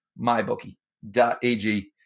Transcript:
Mybookie.ag